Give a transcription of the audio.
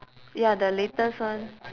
ya the latest one